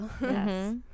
Yes